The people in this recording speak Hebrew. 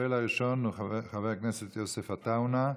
השואל הראשון הוא חבר הכנסת יוסף עטאונה,